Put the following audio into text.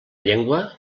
llengua